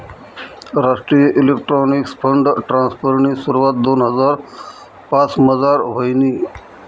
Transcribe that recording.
राष्ट्रीय electronics fund ट्रान्स्फरनी सुरवात दोन हजार पाचमझार व्हयनी